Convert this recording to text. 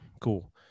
cool